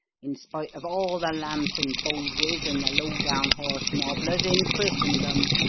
in spite of all the lambson-bowleses and the low-down horse-nobblers in christendom!